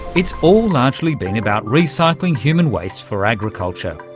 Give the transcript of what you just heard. it's all largely been about recycling human waste for agriculture,